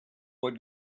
what